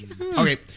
Okay